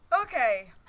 Okay